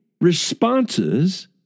responses